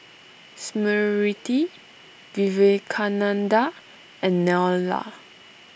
Smriti Vivekananda and Neila